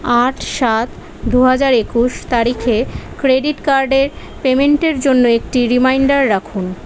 আট সাত দু হাজার একুশ তারিখে ক্রেডিট কার্ডের পেমেন্টের জন্য একটি রিমাইন্ডার রাখুন